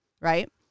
right